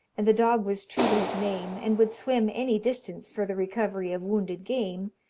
and the dog was true to his name, and would swim any distance for the recovery of wounded game,